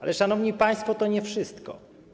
Ale szanowni państwo, to nie wszystko.